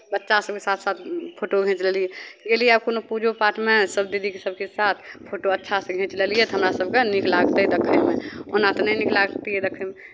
बच्चा सभके साथ साथ फोटो घिँच लेलियै गेलियै कोनो पूजो पाठमे सभ दीदी सभके साथ फोटो अच्छासँ घिँच लेलियै तऽ हमरा सभकेँ नीक लागतै देखयमे ओना तऽ नहि नीक लागतियै देखयमे